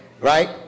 right